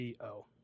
CO